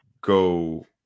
go